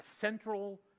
central